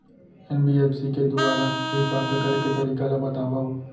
NBFC के दुवारा ऋण प्राप्त करे के तरीका ल बतावव?